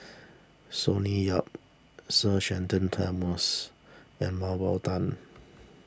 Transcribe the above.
Sonny Yap Sir Shenton Thomas and Mah Bow Tan